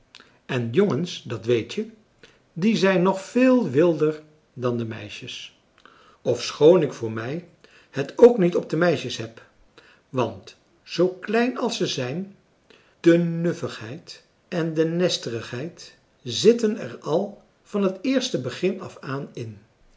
en jongens dat weet je die zijn nog veel wilder dan de meisjes ofschoon ik voor mij het ook niet op de meisjes heb want zoo klein als ze zijn de nuffigheid en de nesterigheid zitten er al van het eerste begin af aan in